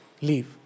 leave